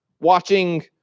watching